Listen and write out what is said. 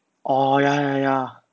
oh ya ya ya